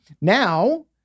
Now